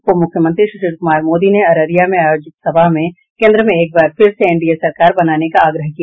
उपमुख्यमंत्री सुशील कुमार मोदी ने अररिया में आयोजित सभा में केन्द्र में एकबार फिर से एनडीए सरकार बनाने का आग्रह किया